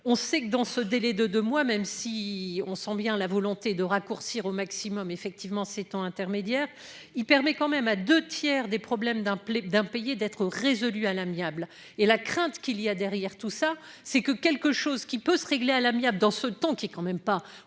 on sait que dans ce délai de 2 mois même si on sent bien la volonté de raccourcir au maximum effectivement s'temps intermédiaire. Il permet quand même à deux tiers des problèmes d'un plaid d'impayés d'être résolue à l'amiable et la crainte qu'il y a derrière tout ça, c'est que quelque chose qui peut se régler à l'amiable dans ce temps qui est quand même pas